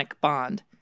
bond